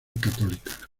católica